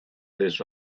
this